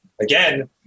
again